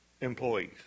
employees